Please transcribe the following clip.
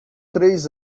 três